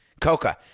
Coca